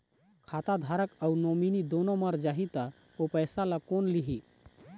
खाता धारक अऊ नोमिनि दुनों मर जाही ता ओ पैसा ला कोन लिही?